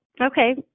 Okay